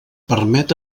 permet